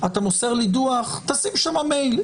אתה מוסר לי דוח, תשים שם מייל.